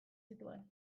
zituen